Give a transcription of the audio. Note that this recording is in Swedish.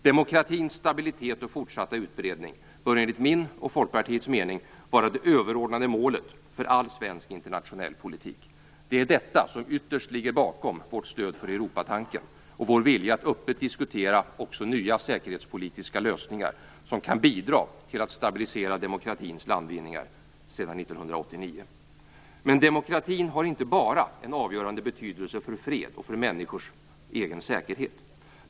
Demokratins stabilitet och fortsatta utbredning bör enligt min och Folkpartiets mening vara det överordnade målet för all svensk internationell politik. Det är detta som ytterst ligger bakom vårt stöd för Europatanken och vår vilja att öppet diskutera också nya säkerhetspolitiska lösningar, som kan bidra till att stabilisera demokratins landvinningar sedan 1989. Men demokratin har inte bara en avgörande betydelse för fred och för människors egen säkerhet.